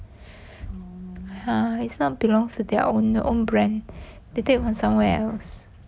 !huh! it's not belong to their own own brand they take from somewhere else